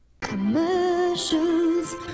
Commercials